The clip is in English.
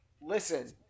Listen